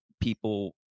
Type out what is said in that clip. people